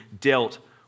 dealt